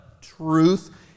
truth